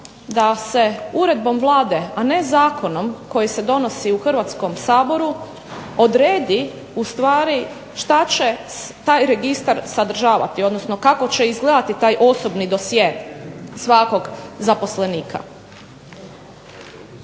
da se uredbom Vlade, a ne zakonom koji se donosi u Hrvatskom saboru odredi ustvari šta će taj registar sadržavati, odnosno kako će izgledati taj osobni dosje svakog zaposlenika.